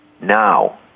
Now